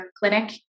Clinic